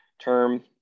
term